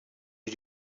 you